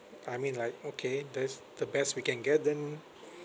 I mean like okay that's the best we can get then